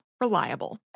Reliable